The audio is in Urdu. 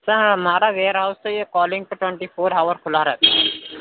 سرہمارا ویر ہاؤس تو یہ کالنگ پہ ٹونٹی فور ہاور کھلا رہتا